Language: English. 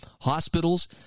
hospitals